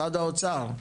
משרד האוצר,